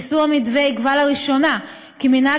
יישום המתווה יקבע לראשונה כי מנהג